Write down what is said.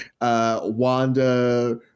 Wanda